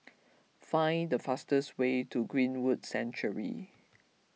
find the fastest way to Greenwood Sanctuary